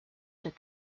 that